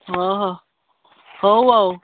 ହଁ ହଁ ହଉ ଆଉ